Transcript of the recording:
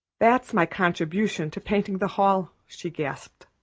that's my contribution to painting the hall, she gasped.